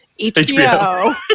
HBO